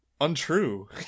untrue